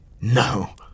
No